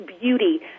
beauty